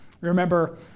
Remember